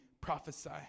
prophesy